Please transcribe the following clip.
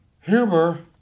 Humor